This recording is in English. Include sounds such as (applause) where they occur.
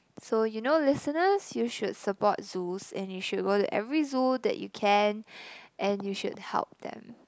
so you know listeners you should support zoos and you should go to every zoo that you can (breath) and you should help them